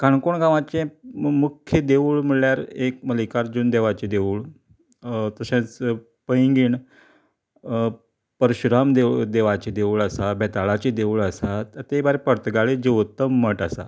काणकोण गांवाचे मुख्य देवूळ म्हणल्यार एक मल्लिकार्जून देवाचे देवूळ तशेंच पैंगीण परशुराम देव देवाचे देवूळ आसा बेताळाचे देवूळ आसा ते भायर पर्तगाळी जिवोत्तम मठ आसा